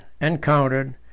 encountered